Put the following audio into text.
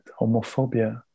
homophobia